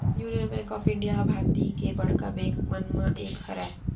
union Bank of India ह भारतीय के बड़का बेंक मन म एक हरय